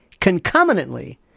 concomitantly